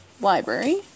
Library